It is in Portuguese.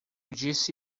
disse